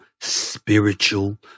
spiritual